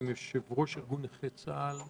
יושב-ראש ארגון נכי צה"ל,